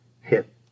hit